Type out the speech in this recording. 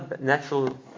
natural